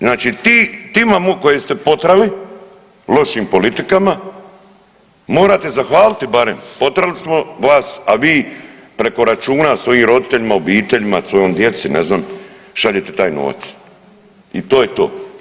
Znači ti …/nerazumljivo/… koje ste potirali lošim politikama morate zahvaliti barem, potirali smo vas a vi preko računa svojim roditeljima, obiteljima, svojoj djeci ne znam šaljete taj novac i to je to.